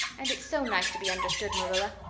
and it's so nice to be understood, marilla.